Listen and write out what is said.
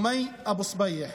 ומאי אבו סבייח.